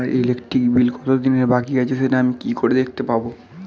আমার electric bill কত দিনের বাকি আছে সেটা আমি কি করে দেখতে পাবো?